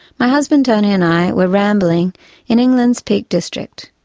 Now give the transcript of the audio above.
my husband tony and i were rambling in england's peak district.